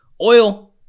Oil